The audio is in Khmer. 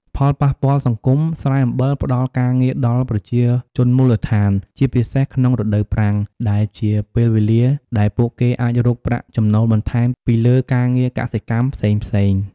ផលប៉ះពាល់សង្គម ស្រែអំបិលផ្តល់ការងារដល់ប្រជាជនមូលដ្ឋាន ជាពិសេសក្នុងរដូវប្រាំង ដែលជាពេលវេលាដែលពួកគេអាចរកប្រាក់ចំណូលបន្ថែមពីលើការងារកសិកម្មផ្សេងៗ។